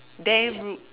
damn rude